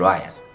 Ryan